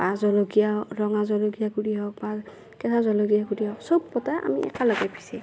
বা জলকীয়া হওক ৰঙা জলকীয়াৰ গুড়ি হওক বা কেঁচা জলকীয়াৰ গুড়ি হওক চব গোটাই আমি একেলগে পিচে